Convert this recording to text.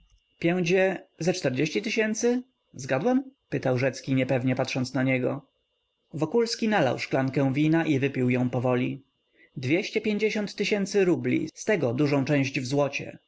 pięćdzie ze czterdzieści tysięcy zgadłem pytał rzecki niepewnie patrząc na niego wokulski nalał szklankę wina i wypił ją powoli dwieście pięćdziesiąt tysięcy rubli z tego dużą część w złocie